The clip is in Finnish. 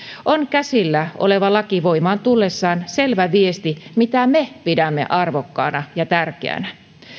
on käsillä oleva laki voimaan tullessaan selvä viesti mitä me pidämme arvokkaana ja tärkeänä